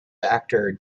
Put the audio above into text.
actor